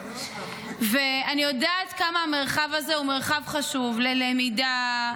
אני יודעת כמה המרחב הזה הוא חשוב ללמידה,